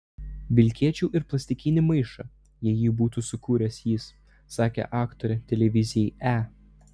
vilkėčiau ir plastikinį maišą jei jį būtų sukūręs jis sakė aktorė televizijai e